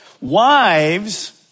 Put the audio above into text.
Wives